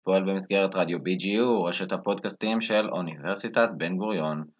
פועל במסגרת רדיו BGU, רשת הפודקאסטים של אוניברסיטת בן-גוריון.